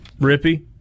Rippy